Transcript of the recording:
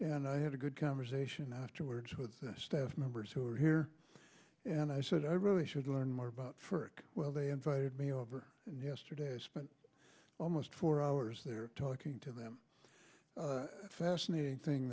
and i had a good conversation afterwards with the staff members who are here and i said i really should learn more about for well they invited me over yesterday i spent almost four hours there talking to them a fascinating thing